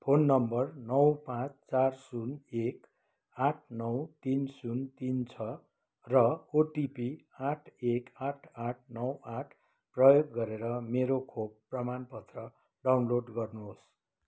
phone number नौ पाँच चार शून्य एक आठ नौ तिन शून्य तिन छ र ओटिपी आठ एक आठ आठ नौ आठ प्रयोग गरेर मेरो खोप प्रमाणपत्र डाउनलोड गर्नुहोस्